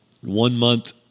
one-month